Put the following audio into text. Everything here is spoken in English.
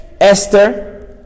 Esther